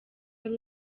ari